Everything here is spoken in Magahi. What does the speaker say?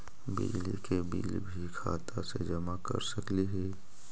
बिजली के बिल भी खाता से जमा कर सकली ही?